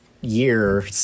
year